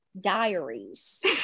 diaries